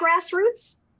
grassroots